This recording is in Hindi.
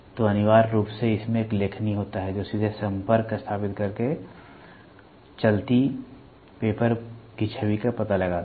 तो अनिवार्य रूप से इसमें एक लेखनी होता है जो सीधे संपर्क स्थापित करके चलती पेपर की छवि का पता लगाता है